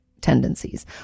tendencies